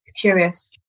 curious